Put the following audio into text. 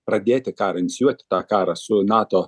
pradėti karą inicijuoti tą karą su nato